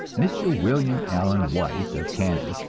mr. william allen white, of kansas,